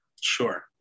Sure